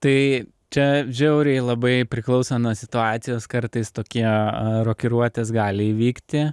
tai čia žiauriai labai priklauso nuo situacijos kartais tokie rokiruotės gali įvykti